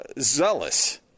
zealous